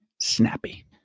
snappy